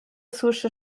słyszy